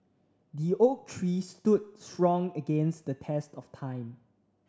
the oak tree stood strong against the test of time